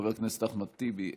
חבר הכנסת אחמד טיבי,